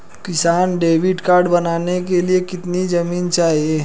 किसान credit card बनाने के लिए कितनी जमीन चाहिए?